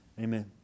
Amen